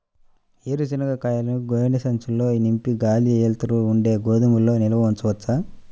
వేరుశనగ కాయలను గోనె సంచుల్లో నింపి గాలి, వెలుతురు ఉండే గోదాముల్లో నిల్వ ఉంచవచ్చా?